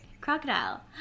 crocodile